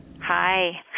Hi